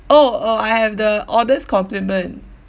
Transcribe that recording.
oh oh I have the oddest compliment